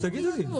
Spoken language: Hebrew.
תגידו לי.